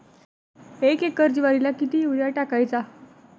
एक एकर ज्वारीला किती युरिया टाकायचा?